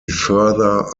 further